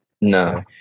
No